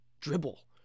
dribble